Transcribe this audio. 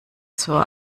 zur